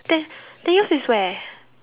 then then yours is where